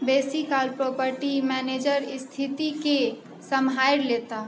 बेसीकाल property manager स्थितिके सम्हारि लेताह